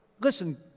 Listen